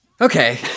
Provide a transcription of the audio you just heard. okay